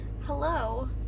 hello